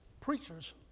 preachers